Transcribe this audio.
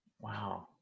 Wow